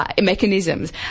mechanisms